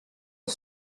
aux